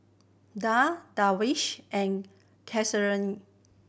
Daud Darwish and